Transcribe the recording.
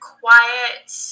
quiet